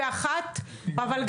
בן ארי, יו"ר ועדת ביטחון פנים: תודה.